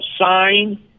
sign